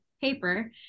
paper